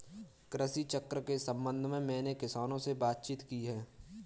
कृषि चक्र के संबंध में मैंने किसानों से बातचीत भी की है